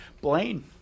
Blaine